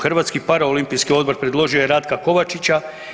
Hrvatski paraolimpijski odbor predložio je Ratka Kovačića.